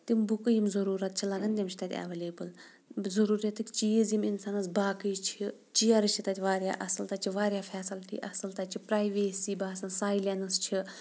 تِم بُکہٕ یِم ضٔروٗرت چھِ لگان تِم چھِ تَتہِ ایویلیبٕل ضٔروٗرَتٕکۍ چیٖز یِم اِنسانَس باقٕے چھِ چِیرٕ چھِ تَتہِ واریاہ اَصٕل تَتہِ چھِ واریاہ فیسَلٹی اَصٕل تَتہِ چھِ پرٛایویسی باسان سایلینٕس چھِ